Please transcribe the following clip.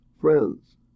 friends